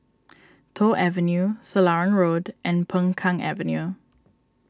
Toh Avenue Selarang Road and Peng Kang Avenue